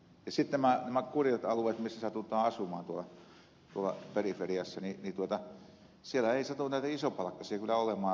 sitten näillä kurjilla alueilla missä satutaan asumaan tuolla periferiassa ei satu näitä isopalkkaisia kyllä olemaan hyvin montaa